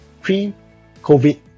pre-COVID